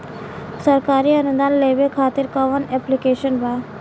सरकारी अनुदान लेबे खातिर कवन ऐप्लिकेशन बा?